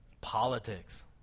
politics